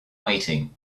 waiting